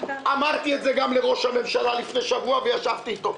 אמרתי את זה גם לראש הממשלה לפני שבוע כאשר ישבתי איתו.